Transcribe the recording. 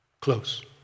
Close